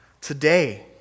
today